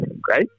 great